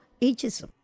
ageism